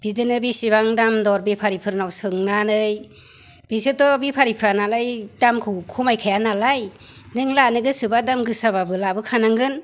बिदिनो बेसेबां दाम दर बेफारिफोरनाव सोंनानै बिसोरथ' बेफारिफोर नालाय दामखौ खमायखाया नालाय नों लानो गोसोबा दाम गोसाबाबो लाबोखानांगोन